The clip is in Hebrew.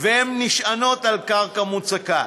והן נשענות על קרקע מוצקה.